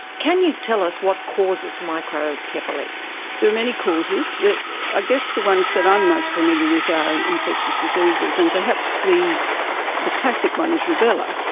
can you tell us what causes microcephaly? there are many causes. i ah guess the ones that i'm most familiar with are infectious diseases, and perhaps the the classic one is rubella.